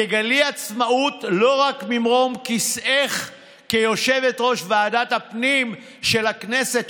תגלי עצמאות לא רק ממרום כיסאך כיושבת-ראש ועדת הפנים של הכנסת,